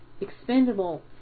expendable